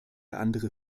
andere